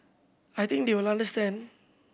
I think they will understand